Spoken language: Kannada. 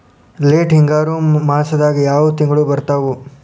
ಲೇಟ್ ಹಿಂಗಾರು ಮಾಸದಾಗ ಯಾವ್ ತಿಂಗ್ಳು ಬರ್ತಾವು?